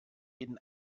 läden